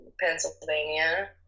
Pennsylvania